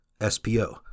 SPO